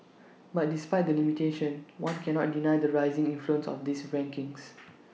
but despite the limitations one cannot deny the rising influence of these rankings